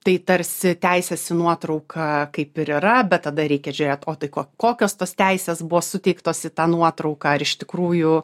tai tarsi teisės į nuotrauką kaip ir yra bet tada reikia žiūrėt o tai ko kokios tos teisės buvo suteiktos į tą nuotrauką ar iš tikrųjų